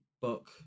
book